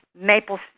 maple